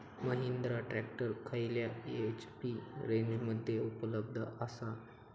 Mahindra tractor खयल्या HP रेंजमध्ये उपलब्ध आसा?